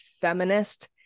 feminist